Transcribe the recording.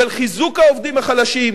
של חיזוק העובדים החלשים,